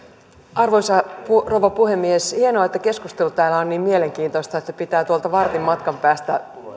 arvoisa rouva puhemies hienoa että keskustelu täällä on niin mielenkiintoista että pitää tuolta vartin matkan päästä